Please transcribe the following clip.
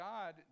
God